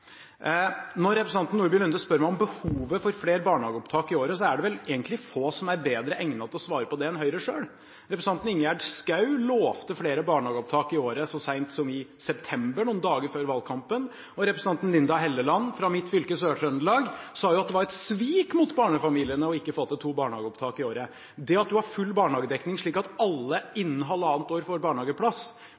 Når representanten Nordby Lunde spør meg om behovet for flere barnehageopptak i året, er det vel egentlig få som er bedre egnet til å svare på det enn Høyre selv. Representanten Ingjerd Schou lovte flere barnehageopptak i året så sent som i september, noen dager før valgkampen, og representanten Linda C. Hofstad Helleland fra mitt fylke, Sør-Trøndelag, sa at det var et svik mot barnefamiliene ikke å få til to barnehageopptak i året. Det at en har full barnehagedekning slik at alle innen halvannet år får barnehageplass,